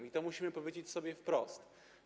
I to musimy powiedzieć sobie wprost.